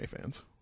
fans